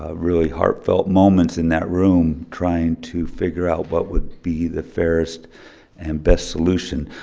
ah really heartfelt moments in that room trying to figure out what would be the fairest and best solution.